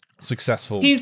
successful